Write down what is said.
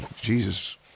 Jesus